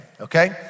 okay